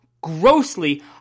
grossly